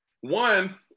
one